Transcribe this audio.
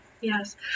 yes